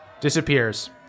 disappears